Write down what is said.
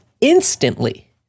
instantly